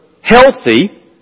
healthy